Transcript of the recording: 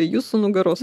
jūsų nugaros